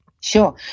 Sure